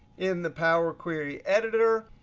in the power query editor,